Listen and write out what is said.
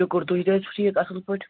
شُکُر تُہۍ تہِ حظ چھِو ٹھیٖک اَصٕل پٲٹھۍ